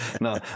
No